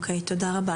תודה רבה.